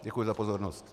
Děkuji za pozornost.